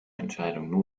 entscheidungen